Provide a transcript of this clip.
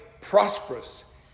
prosperous